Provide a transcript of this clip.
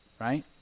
right